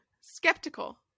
Skeptical